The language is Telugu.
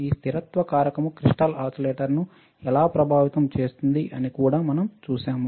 ఈ స్థిరత్వ కారకం క్రిస్టల్ ఓసిలేటర్ను ఎలా ప్రభావితం చేస్తుంది అని కూడా మనం చూశాము